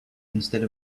instead